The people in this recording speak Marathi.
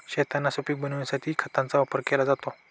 शेतांना सुपीक बनविण्यासाठी खतांचा वापर केला जातो